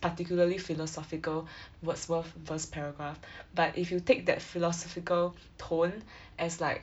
particularly philosophical Wordsworth verse paragraph but if you take that philosophical tone as like